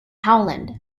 howland